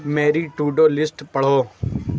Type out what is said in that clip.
میری to do list پڑھو